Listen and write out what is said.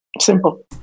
Simple